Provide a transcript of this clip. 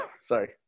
Sorry